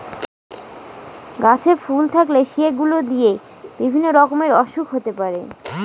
গাছে ফুল থাকলে সেগুলো দিয়ে বিভিন্ন রকমের ওসুখ হতে পারে